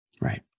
Right